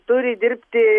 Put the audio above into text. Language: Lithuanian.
turi dirbti